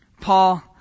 Paul